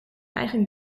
eigen